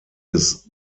des